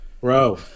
Bro